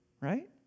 right